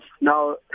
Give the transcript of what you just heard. now